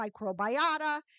microbiota